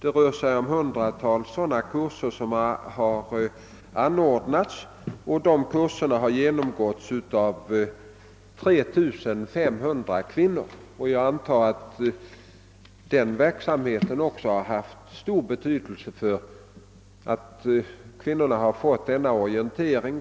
Ett hundatal sådana kurser har anordnats, och dessa har genomgåtts av 3 500 kvinnor. Jag antar att denna verksamhet också haft stor betydelse för att kvinnorna skall kunna bli orienterade.